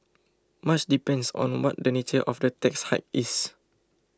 much depends on what the nature of the tax hike is